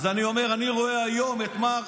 אז אני אומר, אני רואה היום את מר